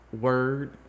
word